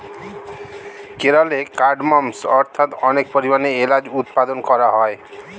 কেরলে কার্ডমমস্ অর্থাৎ অনেক পরিমাণে এলাচ উৎপাদন করা হয়